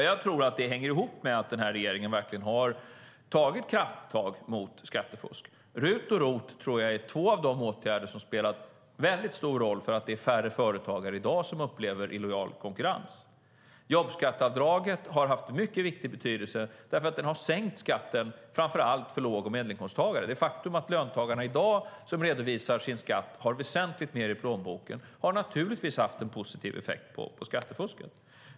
Jag tror att det hänger ihop med att den här regeringen verkligen har tagit krafttag mot skattefusk. RUT och ROT tror jag är två av de åtgärder som spelat väldigt stort roll för att det i dag är färre företagare som upplever illojal konkurrens. Jobbskatteavdraget har haft mycket stor betydelse eftersom det har sänkt skatten för framför allt låg och medelinkomsttagare. Det faktum att löntagare som redovisar sin skatt i dag har väsentligt mer i plånboken har naturligtvis haft en positiv effekt på skattefusket.